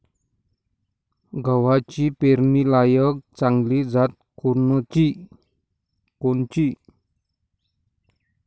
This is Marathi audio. गव्हाची पेरनीलायक चांगली जात कोनची?